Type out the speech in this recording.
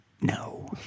No